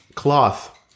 Cloth